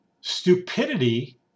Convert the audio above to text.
Stupidity